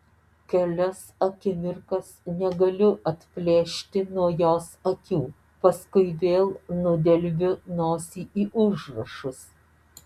kelias akimirkas negaliu atplėšti nuo jos akių paskui vėl nudelbiu nosį į užrašus